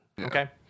Okay